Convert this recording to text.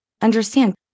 understand